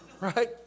right